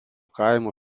kaimo